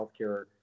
healthcare